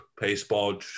baseball